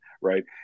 right